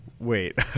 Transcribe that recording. Wait